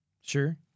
sure